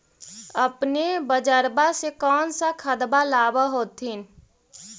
अपने बजरबा से कौन सा खदबा लाब होत्थिन?